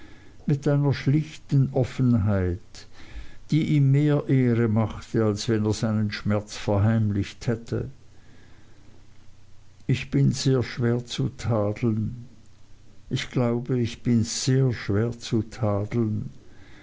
mit einer schlichten offenheit die ihm mehr ehre machte als wenn er seinen schmerz verheimlicht hätte ich bin schwer zu tadeln ich glaube ich bin sehr schwer zu tadeln